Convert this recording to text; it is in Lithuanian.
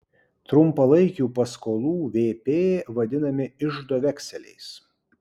trumpalaikių paskolų vp vadinami iždo vekseliais